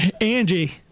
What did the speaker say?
Angie